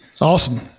Awesome